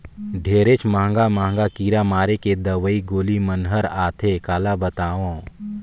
ढेरेच महंगा महंगा कीरा मारे के दवई गोली मन हर आथे काला बतावों